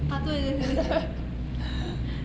ah 对对